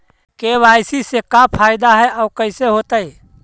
KYC से का फायदा है और कैसे होतै?